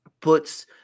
puts